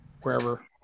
wherever